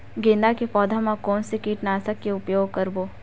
गेंदा के पौधा म कोन से कीटनाशक के उपयोग करबो?